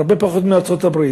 הרבה פחות מארצות-הברית.